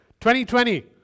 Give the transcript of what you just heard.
2020